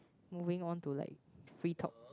moving on to like free talk